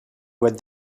would